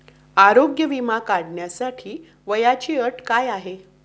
आरोग्य विमा काढण्यासाठी वयाची अट काय आहे?